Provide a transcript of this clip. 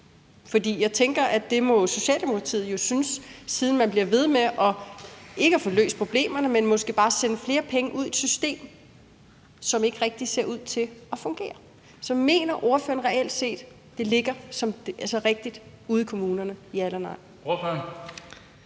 For jeg tænker, at det må Socialdemokratiet jo synes, siden man bliver ved med, ikke at få løst problemerne, man måske bare sender flere penge ud i et system, som ikke rigtig ser ud til at fungere. Så mener ordføreren reelt set, at det ligger rigtigt ude i kommunerne – ja eller nej?